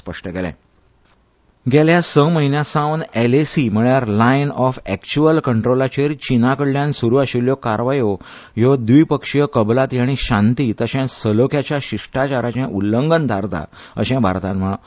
फाटल्या स म्हयन्यांावन एलएसी म्हळ्यार लायन ऑफ अॅक्चुएल कंट्रोलाचेर चीना कडल्यान सुरू आशिल्ल्यो कारवायो ह्यो द्विपक्षीय कबलाती आनी शांती तशेंच सलोख्याच्या शिश्टाचाराचे उल्लंघन थारता अशें भारतान म्हळां